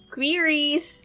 Queries